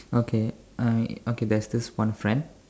okay I okay there's this one friend